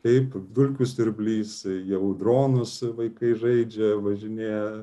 taip dulkių siurblys jau dronus vaikai žaidžia važinėja